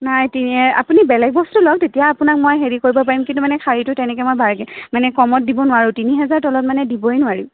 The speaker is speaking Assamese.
নাই তিনি আপুনি বেলেগ বস্তু লওক তেতিয়া আপোনাক মই হেৰি কৰিব পাৰিম কিন্তু মানে শাড়ীটো তেনেকে মই বাৰ্গে মানে কমত দিব নোৱাৰোঁ তিনিহেজাৰৰ তলত মানে দিবই নোৱাৰিম